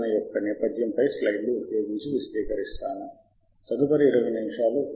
మనము మరింత ముందుకు వెళ్ళే ముందు మనము అందించాల్సిన అంగీకరణ ఉందని గమనించండి